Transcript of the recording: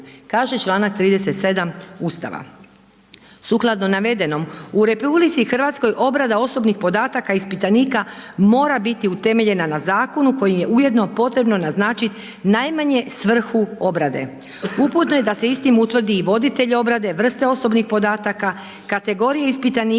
kaže članak 37. Ustava.